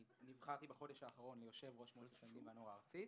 אני נבחרתי בחודש האחרון ליושב-ראש מועצת התלמידים והנוער הארצית.